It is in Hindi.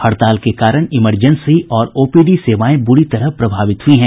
हड़ताल के कारण इमरजेंसी और ओपीडी सेवाएं ब्रुरी तरह प्रभावित हुई हैं